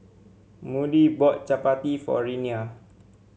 Moody bought chappati for Renea